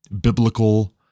biblical